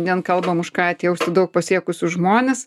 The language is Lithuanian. vien kalbam už ką atjausti daug pasiekusius žmones